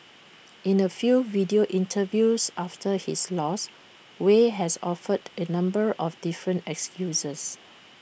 in A few video interviews after his loss Wei has offered A number of different excuses